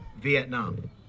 Vietnam